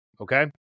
Okay